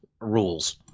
rules